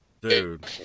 Dude